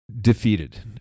defeated